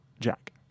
Jack